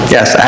Yes